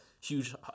Huge